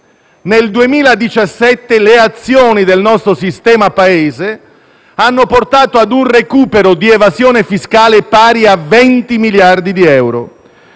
Nel 2017 le azioni del nostro sistema-Paese hanno portato a un recupero di evasione fiscale pari a 20 miliardi di euro.